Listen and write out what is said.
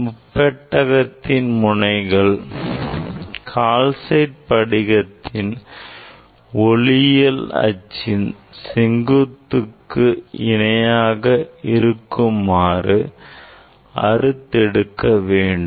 முப்பெட்டகத்தின் முனைகள் கால்சைட் படிகத்தின் ஒளியியல் அச்சின் செங்குத்துக்கு இணையாக இருக்குமாறு அறுத்தெடுக்க வேண்டும்